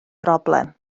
broblem